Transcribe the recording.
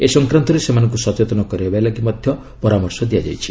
ଏ ସଂକ୍ରାନ୍ତରେ ସେମାନଙ୍କୁ ସଚେତନ କରାଇବା ଲାଗି ମଧ୍ୟ ପରାମର୍ଶ ଦିଆଯାଇଛି